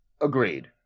Agreed